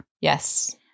Yes